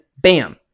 bam